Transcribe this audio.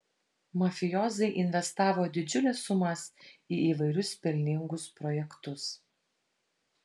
mafijozai investavo didžiules sumas į įvairius pelningus projektus